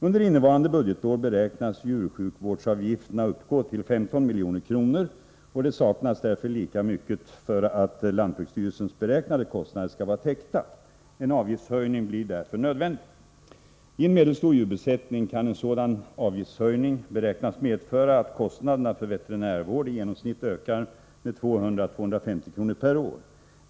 Under innevarande budgetår beräknas djursjukvårdsavgifterna uppgå till 15 milj.kr., och det saknas därför lika mycket för att lantbruksstyrelsens beräknade kostnader skall vara täckta. En avgiftshöjning blir därför nödvändig. I en medelstor djurbesättning kan en sådan avgiftshöjning beräknas medföra att kostnaderna för veterinärvård i genomsnitt ökar med 200-250 kr. per år.